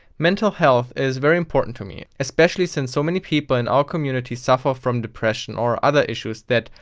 mental health is very important to me, especially since so many people in our community suffer from depression or other issues that,